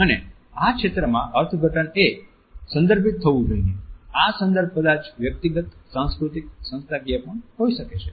અને આ ક્ષેત્રમાં અર્થઘટન એ સંદર્ભિત થવું જોઈએ આ સંદર્ભ કદાચ વ્યક્તિગત સાંસ્કૃતિક સંસ્થાકીય પણ હોઈ શકે છે